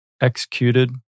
executed